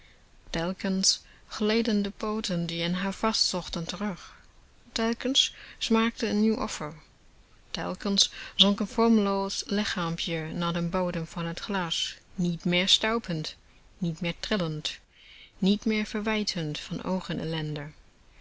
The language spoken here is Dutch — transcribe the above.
telkens gleden de pooten die een houvast zochten terug telkens smakte een nieuw offer telkens zonk een vormloos lichaampje naar den bodem van het glas niet meer stuipend niet meer trillend niet meer verwijtend van oogen ellende